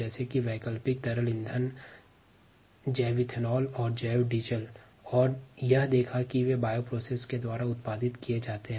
इसके अलावा वैकल्पिक द्रव ईंधन जैसे जैव एथेनॉल और जैव डीजल के विषय में चर्चा की और यह देखा कि कैसे इनका उत्पादन जैव प्रक्रिया के द्वारा होता है